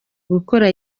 gukora